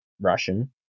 russian